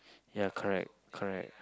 ya correct correct